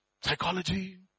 Psychology